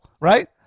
right